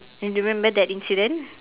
and remember that incident